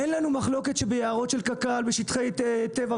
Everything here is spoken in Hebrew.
אין לנו מחלוקת שביערות של קק"ל ושטחי טבע,